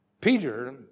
Peter